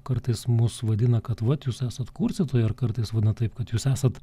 kartais mus vadina kad vat jūs esat kurstytojai ar kartais būna taip kad jūs esat